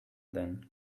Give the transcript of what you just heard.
then